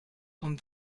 vom